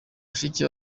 bashiki